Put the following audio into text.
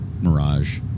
mirage